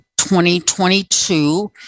2022